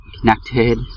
connected